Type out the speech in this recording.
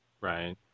Right